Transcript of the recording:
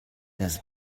das